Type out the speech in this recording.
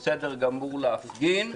זה בסדר גמור להפגין,